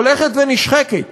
הולכת ונשחקת